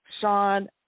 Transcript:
Sean